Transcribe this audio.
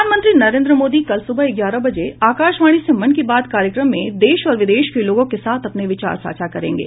प्रधानमंत्री नरेन्द्र मोदी कल सुबह ग्यारह बजे आकाशवाणी से मन की बात कार्यक्रम में देश और विदेश में लोगों के साथ अपने विचार साझा करेंगे